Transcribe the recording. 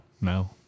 no